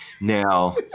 Now